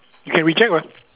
you can reject what